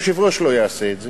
שהיושב-ראש לא יעשה את זה,